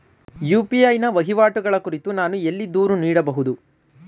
UPI ವಹಿವಾಟುಗಳ ಕುರಿತು ನಾನು ಎಲ್ಲಿ ದೂರು ನೀಡಬಹುದು?